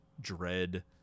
dread